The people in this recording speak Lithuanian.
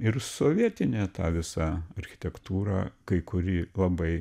ir sovietinė ta visa architektūra kai kuri labai